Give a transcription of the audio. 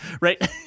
right